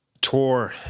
tour